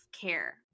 care